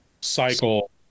cycle